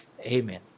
Amen